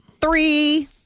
Three